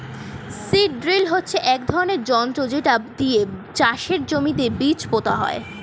seed drill হচ্ছে এক ধরনের যন্ত্র যেটা দিয়ে চাষের জমিতে বীজ পোতা হয়